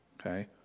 Okay